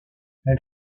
elle